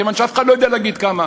כיוון שאף אחד לא יודע להגיד כמה,